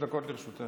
30 דקות לרשותך.